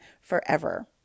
forever